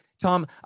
Tom